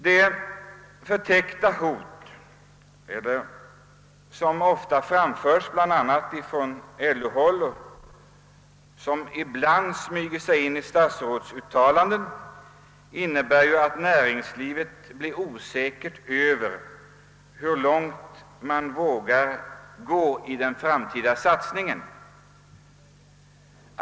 Det förtäckta hot som ofta framförs, bl.a. från LO, och som ibland också smyger sig in i statsrådsuttalanden, gör att näringslivet blir osäkert om hur långt det vågar gå beträffande den framtida satsningen.